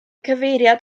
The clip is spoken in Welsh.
cyfeiriad